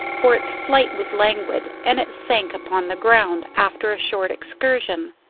for its flight was languid, and it sank upon the ground after a short excursion,